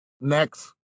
Next